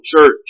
church